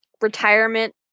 retirement